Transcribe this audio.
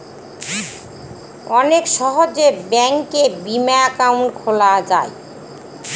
অনেক সহজে ব্যাঙ্কে বিমা একাউন্ট খোলা যায়